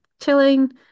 chilling